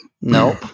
Nope